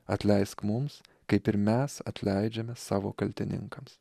atleisk mums kaip ir mes atleidžiame savo kaltininkams